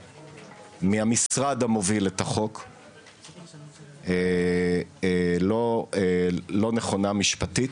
מהמשרד המוביל את החוק לא נכונה משפטית.